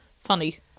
funny